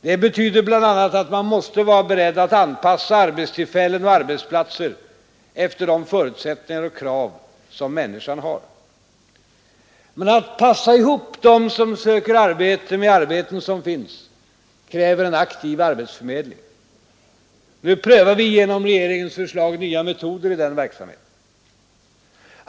Det betyder bl.a. att man måste vara beredd att anpassa arbetstillfällen och arbetsplatser efter de förutsättningar och krav som människan har. Men att passa ihop dem som söker arbete med de arbeten som finns kräver en aktiv arbetsfömedling. Nu prövar vi genom regeringens förslag nya metoder i den verksamheten.